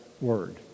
word